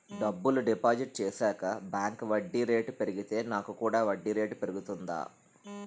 డబ్బులు డిపాజిట్ చేశాక బ్యాంక్ వడ్డీ రేటు పెరిగితే నాకు కూడా వడ్డీ రేటు పెరుగుతుందా?